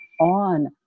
on